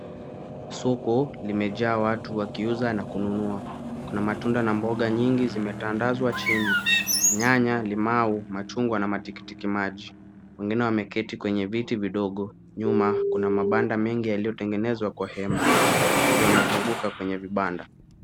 Soko limejaa watu wa kiuza na kununua. Kuna matunda na mboga nyingi zimetandazwa chini. Nyanya , limau ,machungwa na matikitikimaji. Wengine wameketi kwenye viti vidogo, nyuma kuna mabanda mengi yaliyo tengenezwa kwa hema. Wateja wanazunguka kwenye vibanda.